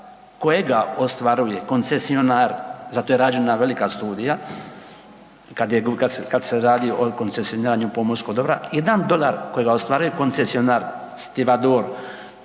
kojega ostvaruje koncesionar, za to je rađena velika studija kad je, kad se, kad se radi o koncesioniranju pomorskog dobra, jedan dolar kojega ostvaruje koncesionar Stivador,